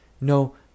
no